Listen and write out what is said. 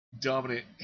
dominant